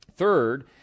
Third